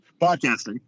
podcasting